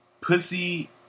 pussy